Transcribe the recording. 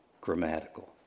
grammatical